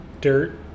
dirt